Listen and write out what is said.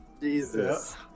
Jesus